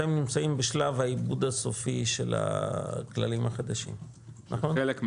אתם נמצאים בשלב העיבוד הסופי של הכללים החדשים הרלוונטיים,